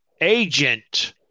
agent